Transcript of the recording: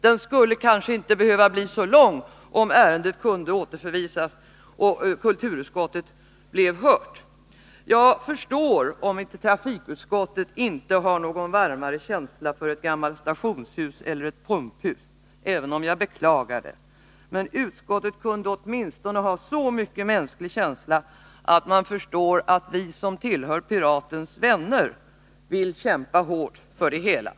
Den skulle inte bli så lång, om ärendet kunde återförvisas och kulturutskottet blev hört. Jag förstår att trafikutskottet inte har någon varmare känsla för ett gammalt stationshus eller pumphus, även om jag beklagar detta. Men utskottet kunde åtminstone ha så mycket mänsklig känsla att det förstår att vi som tillhör Piratens vänner vill kämpa hårt för det hela.